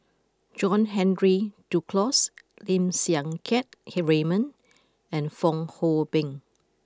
John Henry Duclos Lim Siang Keat Raymond and Fong Hoe Beng